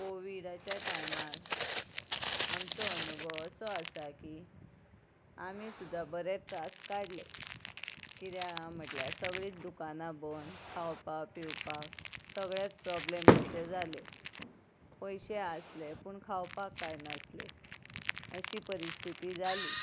कोविडाच्या टायमार आमचो अनुभव असो आसा की आमी सुद्दां बरे त्रास काडले कित्याक म्हटल्यार सगळींच दुकानां बंद खावपाक पिवपाक सगळेंच प्रॉब्लेम कशें जालें पयशे आसले पूण खावपाक काय नासलें अशी परिस्थिती जाली